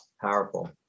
Powerful